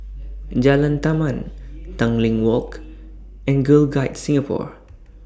Jalan Taman Tanglin Walk and Girl Guides Singapore